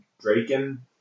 Draken